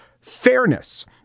fairness